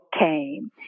came